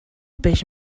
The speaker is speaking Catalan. peix